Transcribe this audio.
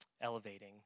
elevating